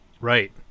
right